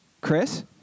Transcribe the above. Chris